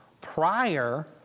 prior